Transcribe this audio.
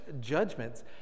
judgments